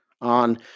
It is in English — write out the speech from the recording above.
on